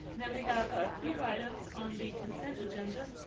then we have a few items on the consent agenda.